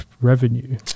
revenue